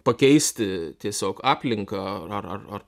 pakeisti tiesiog aplinką ar ar ar